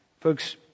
Folks